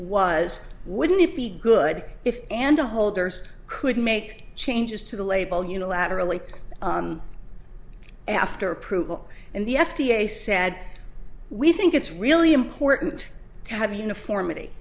was wouldn't it be good if and holders could make changes to the label unilaterally after approval and the f d a said we think it's really important to have uniformity